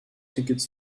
tickets